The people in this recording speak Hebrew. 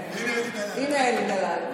הינה אלי דלל.